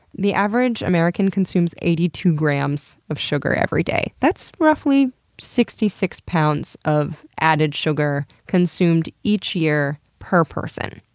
the average american consumes eighty two grams of sugar every day. that's roughly sixty six pounds of added sugar consumed each year, per person.